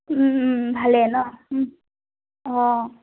ভালে ন অঁ